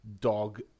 dog